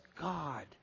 God